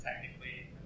technically